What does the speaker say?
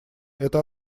это